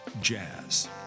Jazz